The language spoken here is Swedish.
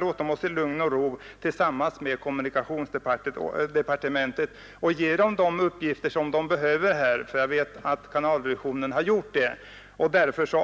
Låt oss i lugn och ro arbeta tillsammans med kommunikationsdepartementet och lämna departementet de uppgifter som behövs. Jag vet att kanaldirektionen har gjort det. Därför